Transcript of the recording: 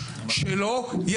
נושבת לכיווני